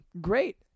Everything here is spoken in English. Great